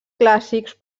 clàssics